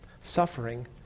suffering